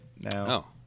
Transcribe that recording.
now